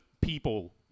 people